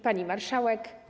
Pani Marszałek!